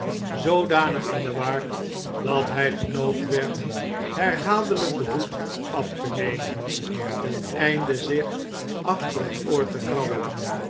zoodanig in de war dat hjj genoopt werd herhaaldeljjk den hoed af te nemen ten einde zich achter het oor te krabben